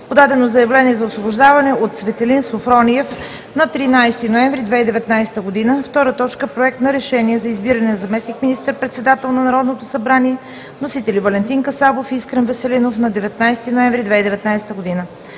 Подадено е заявление за освобождаване от Цветелин Софрониев на 13 ноември 2019 г. 2. Проект на решение за избиране на заместник-председател на Народното събрание. Вносители са Валентин Касабов и Искрен Веселинов, 19 ноември 2019 г.